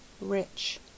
rich